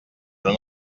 però